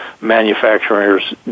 manufacturers